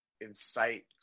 incite